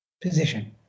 position